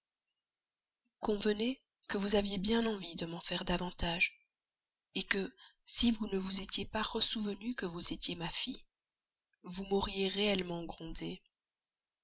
convenez que vous aviez bien envie de m'en faire davantage que si vous ne vous étiez pas ressouvenue que vous étiez ma fille vous m'auriez réellement grondée